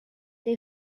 they